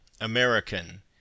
American